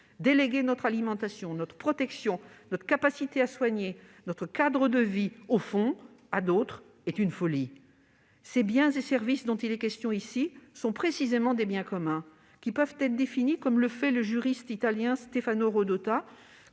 Déléguer notre alimentation, notre protection, notre capacité à soigner, notre cadre de vie au fond à d'autres est une folie ». Ces biens et services dont il est question sont, précisément, des « biens communs ». Ils peuvent être définis, comme l'a fait le juriste italien Stefano Rodotà,